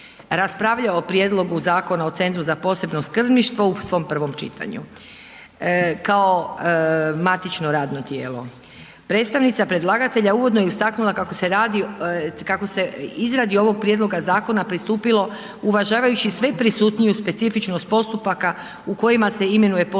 raspravljao o Prijedlogu zakona o Centru za posebno skrbništvo u svom prvom čitanju kao matično radno tijelo. Predstavnica predlagatelja uvodno je istaknula kako se radi, kako se izradi ovog prijedloga zakona pristupilo uvažavajući sve prisutniju specifičnost postupaka u kojima se imenuje poseban